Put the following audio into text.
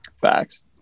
Facts